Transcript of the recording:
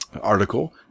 article